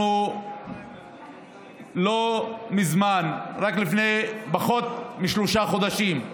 אנחנו לא מזמן, רק לפני פחות משלושה חודשים,